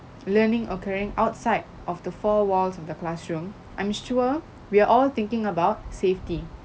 learning occurring outside of the four walls of the classroom I'm sure we are all thinking about safety